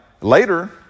Later